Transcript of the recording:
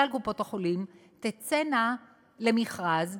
כלל קופות-החולים, תצאנה למכרז,